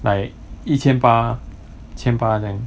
like 一千八千八这样